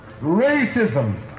racism